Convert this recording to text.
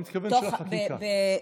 אני מתכוון, של החקיקה.